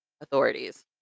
authorities